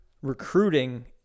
recruiting